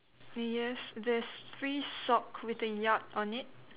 oh yes there's three sock with a yacht on it